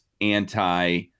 anti